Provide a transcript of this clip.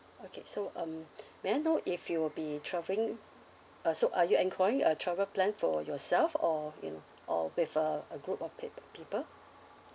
okay so um may I know if you will be travelling uh so are you enquiring a travel plan for yourself or you know or with a a group of peo~ people